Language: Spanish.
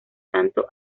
tanto